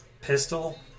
Pistol